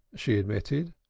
she admitted.